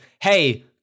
hey